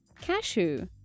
Cashew